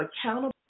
accountable